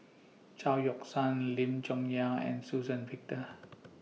Chao Yoke San Lim Chong Yah and Suzann Victor